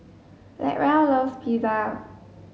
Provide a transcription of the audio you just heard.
Latrell loves Pizza